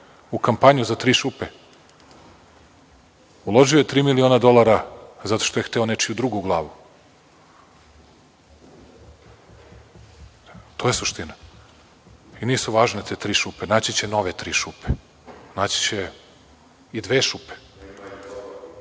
u kampanju za tri šupe, uložio je tri miliona dolara zato što je hteo nečiju drugu glavu. To je suština. I nisu važne te tri šupe, naći će nove tri šupe, naći će i dve šupe,